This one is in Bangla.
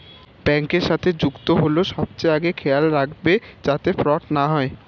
ব্যাংকের সাথে যুক্ত হল সবচেয়ে আগে খেয়াল রাখবে যাতে ফ্রড না হয়